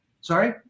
Sorry